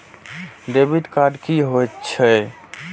Debit card की होय छेय?